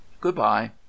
Goodbye